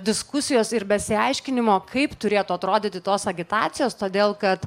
diskusijos ir besiaiškinimo kaip turėtų atrodyti tos agitacijos todėl kad